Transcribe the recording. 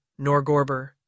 Norgorber